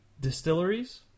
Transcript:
distilleries